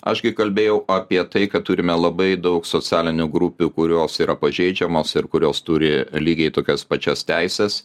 aš gi kalbėjau apie tai kad turime labai daug socialinių grupių kurios yra pažeidžiamos ir kurios turi lygiai tokias pačias teises